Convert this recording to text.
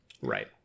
right